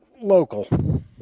Local